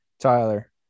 Tyler